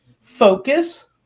focus